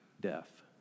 Death